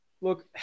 look